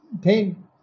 pain